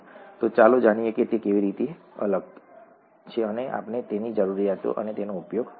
તો ચાલો જોઈએ કે તે કેવી રીતે છે અને ચાલો જોઈએ કે આપણી જરૂરિયાતો માટે તેનો ઉપયોગ કરીએ